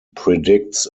predicts